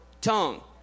tongue